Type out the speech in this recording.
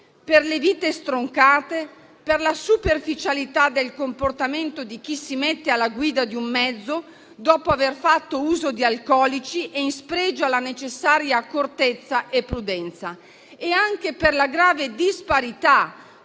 per le vite stroncate, per la superficialità del comportamento di chi si mette alla guida di un mezzo dopo aver fatto uso di alcolici e in sfregio alle necessarie accortezza e prudenza e anche per la grave disparità